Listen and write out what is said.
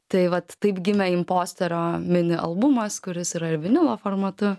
tai vat taip gimė imposterio mini albumas kuris yra ir vinilo formatu